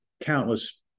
countless